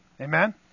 Amen